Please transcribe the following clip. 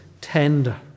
tender